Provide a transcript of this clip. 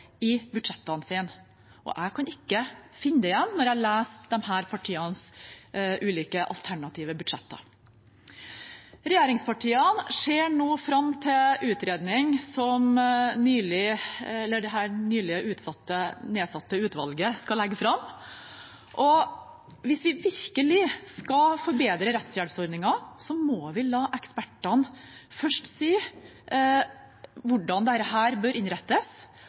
i budsjettene sine. Jeg kan ikke finne det igjen når jeg leser disse partienes ulike alternative budsjetter. Regjeringspartiene ser fram til utredningen det nylig nedsatte utvalget skal legge fram. Hvis vi virkelig skal forbedre rettshjelpsordningen, må vi først la ekspertene si hvordan dette bør innrettes. Så kan vi bruke penger på det.